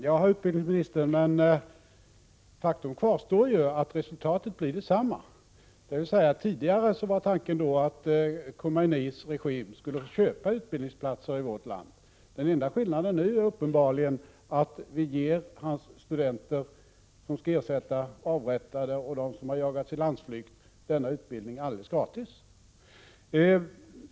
Fru talman! Det faktum att resultatet blir detsamma kvarstår, herr utbildningsminister. Tidigare var tanken att Khomeinis regim skulle köpa utbildningsplatser i vårt land. Den enda skillnaden är uppenbarligen att vi ger hans studenter, som skall ersätta dem som avrättats och jagats i landsflykt, denna utbildning alldeles gratis.